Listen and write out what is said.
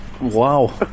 Wow